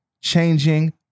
changing